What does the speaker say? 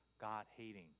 God-hating